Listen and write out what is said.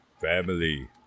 Family